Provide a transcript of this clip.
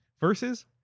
versus